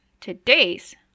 Today's